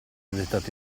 dettato